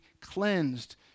cleansed